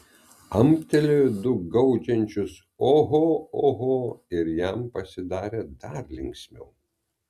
amtelėjo du gaudžiančius oho oho ir jam pasidarė dar linksmiau